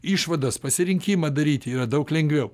išvadas pasirinkimą daryti yra daug lengviau